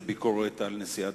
וזה הביקורת על נשיאת